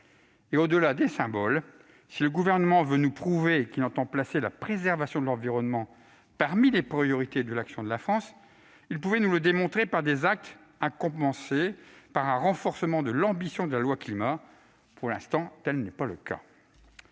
Au-delà des symboles, si le Gouvernement voulait nous prouver qu'il entend placer la préservation de l'environnement parmi les priorités de l'action de la France, il pouvait nous le démontrer par des actes, à commencer par un renforcement de l'ambition de la loi Climat. Pour l'instant, tel n'est pas le cas.